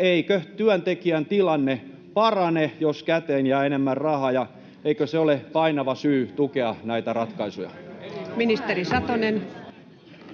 Eikö työntekijän tilanne parane, jos käteen jää enemmän rahaa, ja eikö se ole painava syy tukea näitä ratkaisuja? [Hälinää